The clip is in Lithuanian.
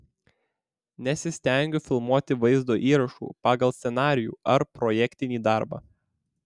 nesistengiu filmuoti vaizdo įrašų pagal scenarijų ar projektinį darbą